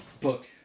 book